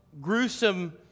gruesome